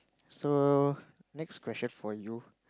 so next question for you